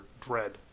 Dread